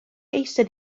eistedd